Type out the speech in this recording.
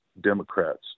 Democrats